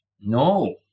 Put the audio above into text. No